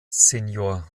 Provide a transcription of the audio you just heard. senior